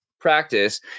practice